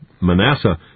Manasseh